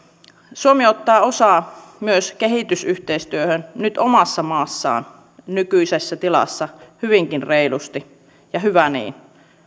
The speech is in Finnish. suomi ottaa osaa myös kehitysyhteistyöhön nyt omassa maassaan nykyisessä tilassa hyvinkin reilusti ja hyvä niin